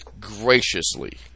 graciously